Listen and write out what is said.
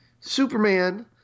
superman